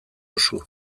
usu